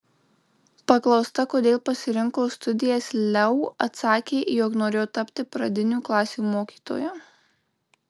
paklausta kodėl pasirinko studijas leu atsakė jog norėjo tapti pradinių klasių mokytoja